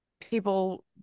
people